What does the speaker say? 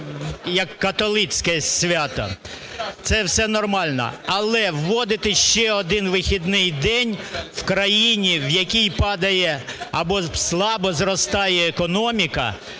як католицьке свято, це все нормально. Але вводити ще один вихідний день в країні, в якій падає або слабо зростає економіка,